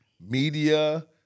media